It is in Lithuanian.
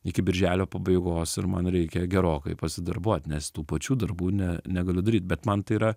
iki birželio pabaigos ir man reikia gerokai pasidarbuot nes tų pačių darbų ne negaliu daryt bet man tai yra